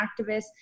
activists